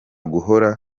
guhora